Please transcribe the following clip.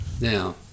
Now